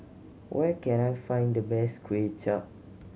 where can I find the best Kway Chap